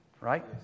right